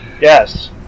yes